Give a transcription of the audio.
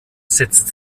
setzt